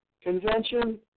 convention